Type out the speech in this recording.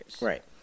right